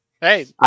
Hey